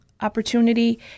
opportunity